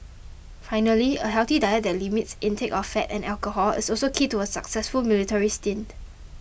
finally a healthy diet that limits intake of fat and alcohol is also key to a successful military stint